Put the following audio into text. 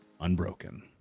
Unbroken